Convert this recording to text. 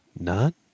None